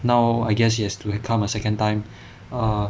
now I guess it has to become a second time err